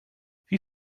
wie